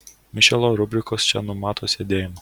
mišiolo rubrikos čia numato sėdėjimą